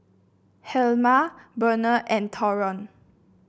Helma Burnell and Tyron